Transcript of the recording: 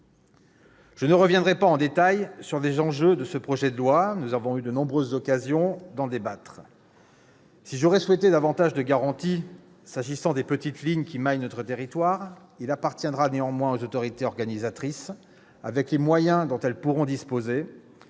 Je ne reviendrai pas en détail sur les enjeux de ce projet de loi ; nous avons eu de nombreuses occasions d'en débattre. J'aurais souhaité davantage de garanties s'agissant des petites lignes qui maillent notre territoire. Il appartiendra aux autorités organisatrices, avec les moyens dont elles pourront disposer,